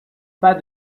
pas